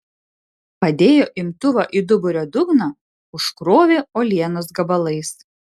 padėjo imtuvą į duburio dugną užkrovė uolienos gabalais